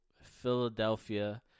Philadelphia